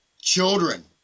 children